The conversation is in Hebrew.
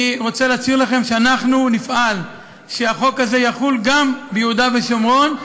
אני רוצה להצהיר לכם שאנחנו נפעל שהחוק הזה יחול גם ביהודה ושומרון.